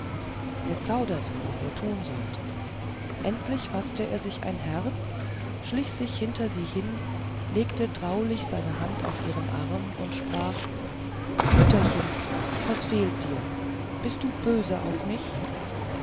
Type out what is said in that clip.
er zauderte was er tun sollte endlich faßte er sich ein herz schlich sich hinter sie hin legte traulich seine hand auf ihren arm und sprach mütterchen was fehlt dir bist du böse auf mich